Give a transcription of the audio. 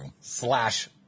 Slash